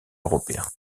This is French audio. européens